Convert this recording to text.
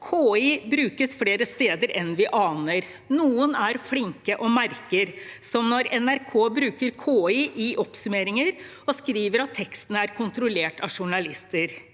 KI brukes flere steder enn vi aner. Noen er flinke til å merke, som når NRK bruker KI i oppsummeringer og skriver at teksten er kontrollert av journalister.